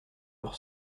leur